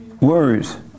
Words